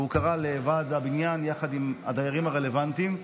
והוא קרא לוועד הבניין יחד עם הדיירים הרלוונטיים,